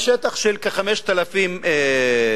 מדובר בשטח של כ-5,000 דונם,